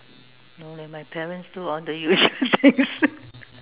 no leh my parents do or the usual things